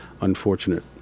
unfortunate